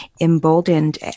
emboldened